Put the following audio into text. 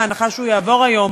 בהנחה שהוא יעבור היום